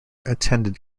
attended